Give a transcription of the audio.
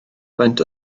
faint